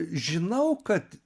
žinau kad